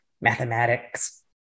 mathematics